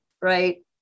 right